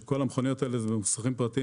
כל המכוניות האלה מוגבלות ל-3.5 טון במוסכים פרטיים